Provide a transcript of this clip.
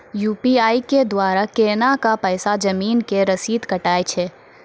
UPI के द्वारा केना कऽ पैसा जमीन के रसीद कटैय छै?